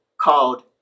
called